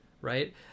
right